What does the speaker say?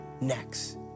next